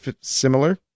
similar